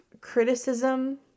criticism